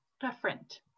different